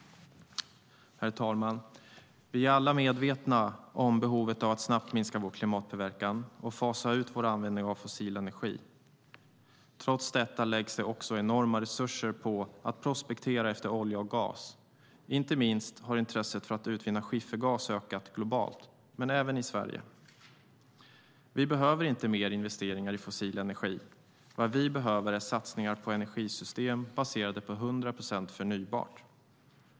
Herr talman! Vi är alla medvetna om behovet av att snabbt minska vår klimatpåverkan och fasa ut vår användning av fossil energi. Trots detta läggs det enorma resurser på att prospektera efter olja och gas. Inte minst har intresset för att utvinna skiffergas ökat globalt, men även i Sverige. Vi behöver inte mer investeringar i fossil energi. Vad vi behöver är satsningar på energisystem baserade på 100 procent förnybart.